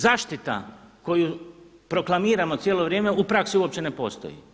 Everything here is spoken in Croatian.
Zaštita koju proklamiramo cijelo vrijeme u praksi uopće ne postoji.